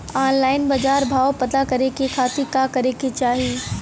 Online बाजार भाव पता करे के खाती का करे के चाही?